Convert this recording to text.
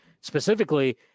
specifically